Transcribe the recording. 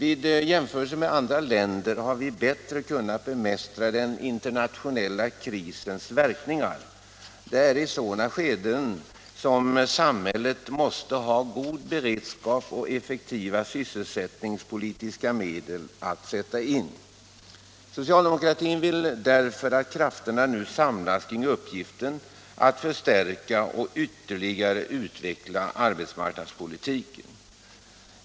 I jämförelse med andra länder har vi bättre kunnat bemästra den internationella krisens verkningar. Det är i sådana skeden som samhället måste ha god beredskap och effektiva sysselsättningspolitiska medel att sätta in. Socialdemokratin vill därför att krafterna nu samlas kring uppgiften att förstärka och ytterligare utveckla arbetsmarknadspolitiken.